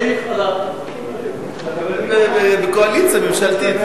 אומרים: רק